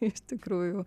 iš tikrųjų